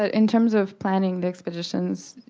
ah in terms of planning the expeditions,